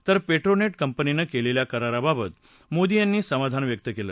तर पेट्रोनेट कंपनीनं केलेल्या कराराबाबत मोदी यांनी समाधान व्यक्त केलं